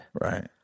right